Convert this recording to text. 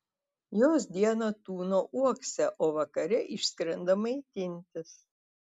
jos dieną tūno uokse o vakare išskrenda maitintis